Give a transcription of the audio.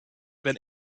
been